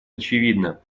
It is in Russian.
очевидно